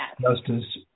justice